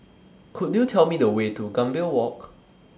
Could YOU Tell Me The Way to Gambir Walk